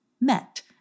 met